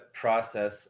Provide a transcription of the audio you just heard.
process